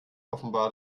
offenbar